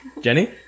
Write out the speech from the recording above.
Jenny